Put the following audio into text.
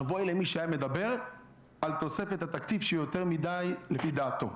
אבוי למי שהיה מדבר על תוספת תקציב שהיא יותר מדי לפי דעתו.